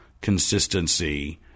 consistency